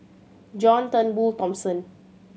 John Turnbull Thomson